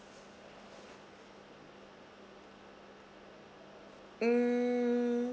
um